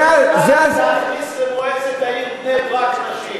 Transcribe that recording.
איזה, להכניס למועצת העיר בני-ברק נשים?